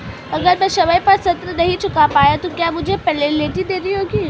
अगर मैं समय पर ऋण नहीं चुका पाया तो क्या मुझे पेनल्टी देनी होगी?